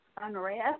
unrest